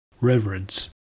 Reverence